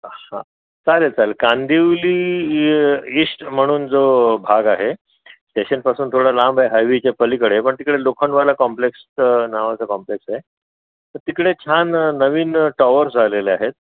हां चालेल चालेल कांदिवली ईष्ट म्हणून जो भाग आहे स्टेशनपासून थोडा लांब आहे हायवेच्या पलीकडे पण तिकडे लोखंडवाला कॉम्प्लेक्स नावाचं कॉम्प्लेक्स आहे तर तिकडे छान नवीन टॉवर्स झालेलं आहेत